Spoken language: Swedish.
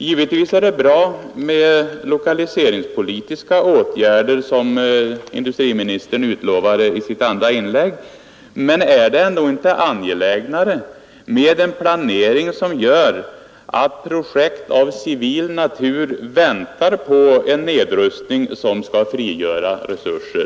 Givetvis är det bra med lokaliseringspolitiska åtgärder som industriministern utlovade i sitt andra inlägg. Men är det ändå inte angelägnare med en planering som gör att projekt av civil natur väntar på en nedrustning som skall frigöra resurser?